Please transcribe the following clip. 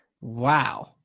Wow